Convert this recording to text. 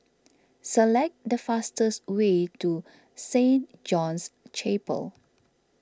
select the fastest way to Saint John's Chapel